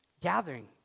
gathering